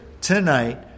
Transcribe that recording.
tonight